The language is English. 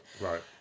Right